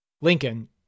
Lincoln